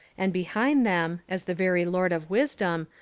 and behind them, as the very lord of wisdom,